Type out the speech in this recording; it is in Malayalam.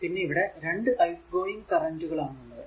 പിന്നെ ഇവിടെ 2 ഔട്ട്ഗോയിംഗ് കറന്റ് ആണുള്ളത്